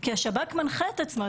כי השב"כ מנחה את עצמו,